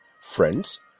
friends